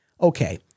okay